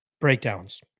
breakdowns